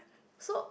so